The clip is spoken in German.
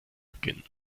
beginnen